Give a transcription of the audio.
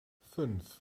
fünf